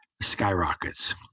skyrockets